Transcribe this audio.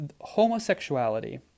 homosexuality